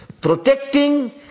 protecting